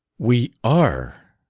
we are!